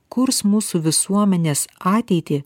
kurs mūsų visuomenės ateitį